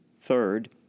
Third